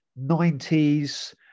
90s